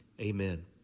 Amen